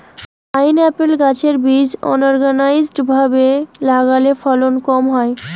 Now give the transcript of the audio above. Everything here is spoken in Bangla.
পাইনএপ্পল গাছের বীজ আনোরগানাইজ্ড ভাবে লাগালে ফলন কম হয়